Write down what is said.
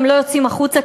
הם לא יוצאים החוצה,